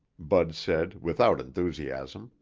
bud said without enthusiasm.